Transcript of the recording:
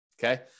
Okay